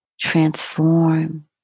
transform